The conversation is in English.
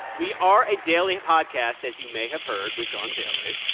we are a daily podcast, as you may have heard. we've gone daily.